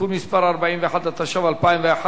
(תיקון מס' 41), התשע"ב 2012,